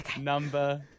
number